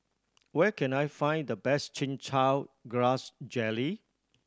where can I find the best Chin Chow Grass Jelly